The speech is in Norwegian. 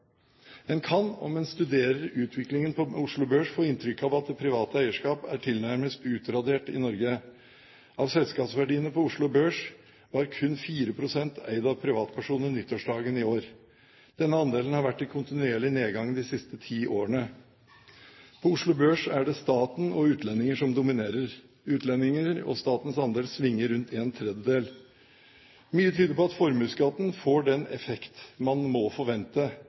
En kan, om en studerer utviklingen på Oslo Børs, få inntrykk av at det private eierskap er tilnærmet utradert i Norge. Av selskapsverdiene på Oslo Børs var kun 4 pst. eid av privatpersoner nyttårsdagen i år. Denne andelen har vært i kontinuerlig nedgang de siste ti årene. På Oslo Børs er det staten og utlendinger som dominerer. Utlendinger og statens andeler svinger med rundt en tredel. Mye tyder på at formuesskatten får den effekt man må forvente.